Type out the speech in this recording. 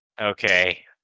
Okay